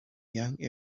young